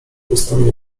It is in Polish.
ustom